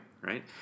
Right